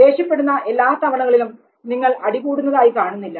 ദേഷ്യപ്പെടുന്ന എല്ലാ തവണകളിലും നിങ്ങൾ അടികൂടുന്നതായി കാണുന്നില്ല